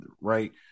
right